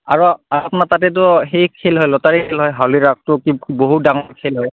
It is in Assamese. আৰু আপোনাৰ তাতেতো সেই খেল হয় লটাৰী খেল হয় হাউলি ৰাসটো কি বহুত ডাঙৰ খেল হয়